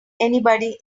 anybody